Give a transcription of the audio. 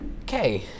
Okay